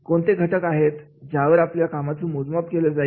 कोणते घटक आहेत ज्यावर आपल्या कामाचं मोजमाप केलं जाईल